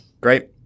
Great